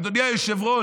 אדוני היושב-ראש,